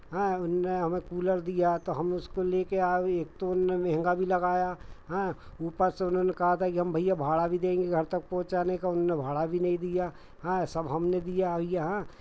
हाँ उनने हमें कूलर दिया तो हम उसको लेके आए एक तो उनने महँगा भी लगाया हाँ ऊपर से उन्होंने कहा था हम भैया भाड़ा भी देंगे घर तक पहुंचाने का उनने भाड़ा भी नहीं दिया हाँ सब हमने दिया यहाँ